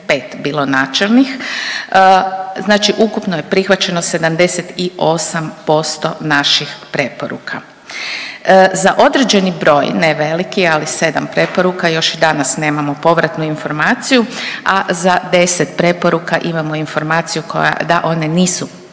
bilo načelnih, znači ukupno je prihvaćeno 78% naših preporuka. Za određeni broj, ne veliki, ali sedam preporuka još i danas nemamo povratnu informaciju, a za 10 preporuka imamo informaciju koja da one nisu prihvaćene